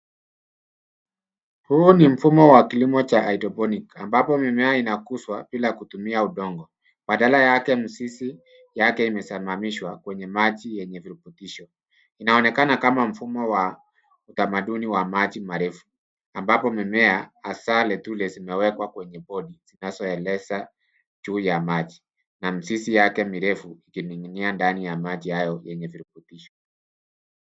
Huu ni mfumo wa kilimo cha hydroponic ambapo mimea inakuzwa bila kutumia udongo, baadala yake mzizi yake imesimamishwa kwenye maji yenye virutubisho. Inaonekana kama mfumo wa utamaduni wa maji marefu ambapo mimea hasa lettuce zimewekwa kwenye pond zinazoelea juu ya maji na mizizi yake mirefu ikining'inia ndani ya maji hayo yenye virutubisho.